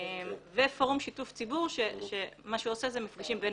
ופורום שיתוף ציבור שעושה מפגשים בין